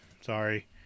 sorry